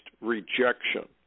rejection